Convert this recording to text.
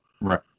Right